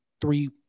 three –